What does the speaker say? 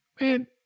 Man